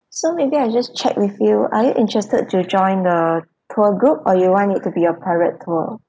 so maybe I just check with you are you interested to join a tour group or you want it to be a private tour